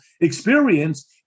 experience